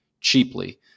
cheaply